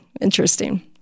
Interesting